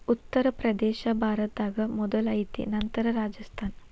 ಉತ್ತರ ಪ್ರದೇಶಾ ಭಾರತದಾಗ ಮೊದಲ ಐತಿ ನಂತರ ರಾಜಸ್ಥಾನ